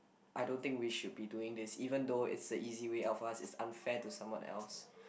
I don't think we should be doing this even though it's the easy way out for us it's unfair to someone else